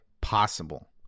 possible